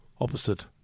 opposite